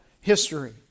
history